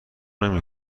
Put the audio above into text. نمی